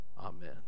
amen